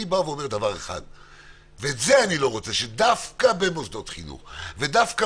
אני לא רוצה שדווקא במוסדות חינוך ודווקא